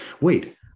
wait